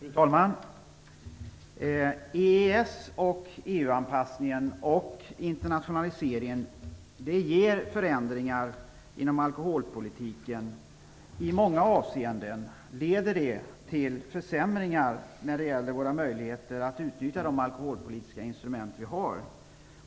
Fru talman! EES och EU-anpassningen samt internationaliseringen ger förändringar inom alkoholpolitiken. I många avseenden leder det till försämringar när det gäller våra möjligheter att utnyttja de alkoholpolitiska instrument vi har.